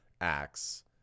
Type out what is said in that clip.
acts